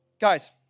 Guys